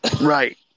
right